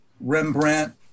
Rembrandt